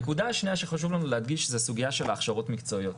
נקודה שנייה שחשוב לנו להדגיש זה הסוגיה של ההכשרות המקצועיות.